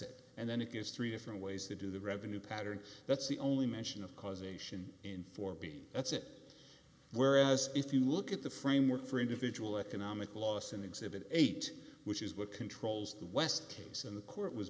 it and then it gives three different ways to do the revenue pattern that's the only mention of causation in four b that's it whereas if you look at the framework for individual economic loss in exhibit eight which is what controls the west case and the court was